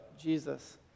Jesus